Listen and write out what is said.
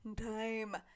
time